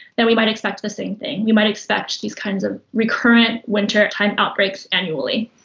then we might expect the same thing, we might expect these kinds of recurrent wintertime outbreaks annually.